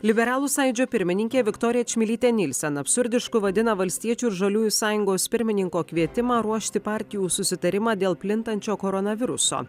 liberalų sąjūdžio pirmininkė viktorija čmilytė nielsen absurdišku vadina valstiečių ir žaliųjų sąjungos pirmininko kvietimą ruošti partijų susitarimą dėl plintančio koronaviruso